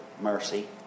mercy